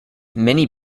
many